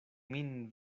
min